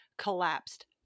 collapsed